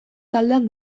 taldean